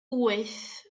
wyth